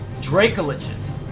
dracoliches